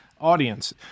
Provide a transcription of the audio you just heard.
audience